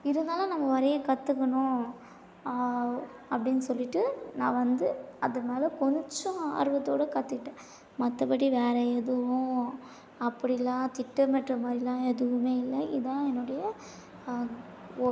இருந்தாலும் நம்ம வரைய கற்றுக்கணும் அப்டின்னு சொல்லிட்டு நான் வந்து அதுமேலே கொஞ்சம் ஆர்வத்தோடய கற்றுக்கிட்டேன் மற்றபடி வேற எதுவும் அப்படிலாம் திட்டமிட்ட மாதிரில்லாம் எதுவுமே இல்லை இதுதான் என்னுடைய ஓ